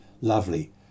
Lovely